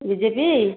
B J P